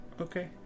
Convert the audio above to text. Okay